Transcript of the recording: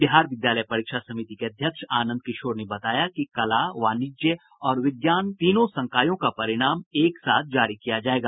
बिहार विद्यालय परीक्षा समिति के अध्यक्ष आनंद किशोर ने बताया कि कला वाणिज्य और विज्ञान तीनों संकायों का परिणाम एक साथ जारी किया जायेगा